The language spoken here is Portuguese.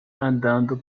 andando